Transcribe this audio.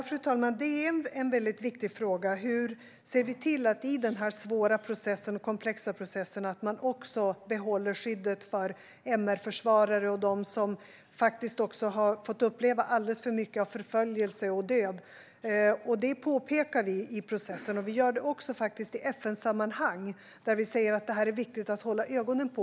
Fru talman! Det är en viktig fråga hur vi ser till att i denna svåra och komplexa process också behålla skyddet för MR-försvarare och dem som faktiskt också har fått uppleva alldeles för mycket av förföljelse och död. Det påpekar vi i processen, och vi gör det faktiskt även i FN-sammanhang, där vi säger att detta är viktigt att hålla ögonen på.